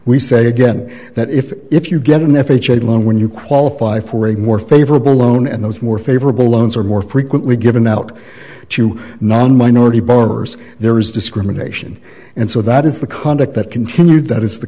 we say again that if if you get an f h a loan when you qualify for a more favorable loan and those more favorable loans are more frequently given out to non minority borrowers there is discrimination and so that is the conduct that continued that is the